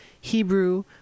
Hebrew